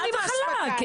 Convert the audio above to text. חד וחלק.